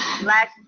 black